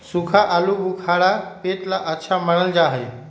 सूखा आलूबुखारा पेट ला अच्छा मानल जा हई